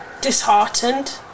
disheartened